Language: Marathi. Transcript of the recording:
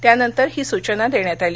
त्यानंतर ही सूचना देण्यात आली